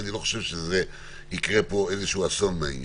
ואני לא חושב שיקרה פה איזשהו אסון מהעניין.